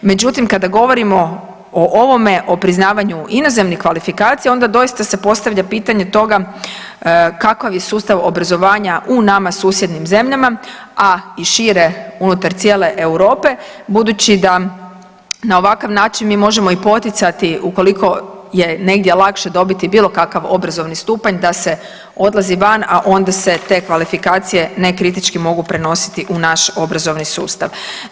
Međutim, kada govorimo o ovome, o priznavanju inozemnih kvalifikacija onda doista se postavlja pitanje toga kakav je sustav obrazovanja u nama susjednim zemljama, a i šire unutar cijele Europe budući da na ovakav način mi možemo i poticati ukoliko je negdje lakše dobiti bilo kakav obrazovni stupanj da se odlazi van, a onda se te kvalifikacije nekritički mogu prenositi u naš obrazovni sustav.